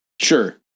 Sure